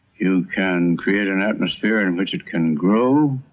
you can create an atmosphere in which it can grow.